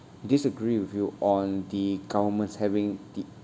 disagree with you on the governments having the